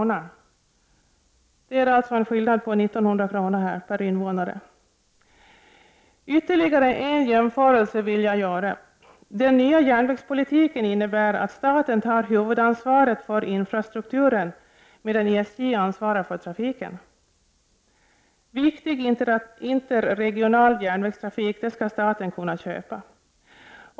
per invånare. Skillnaden är således 1 900 kr. per invånare. Ytterligare en jämförelse vill jag göra. Den nya järnvägspolitiken innebär att staten tar huvudansvaret för infrastrukturen, medan SJ ansvarar för trafiken. Viktig interregional järnvägstrafik skall staten kunna köpa.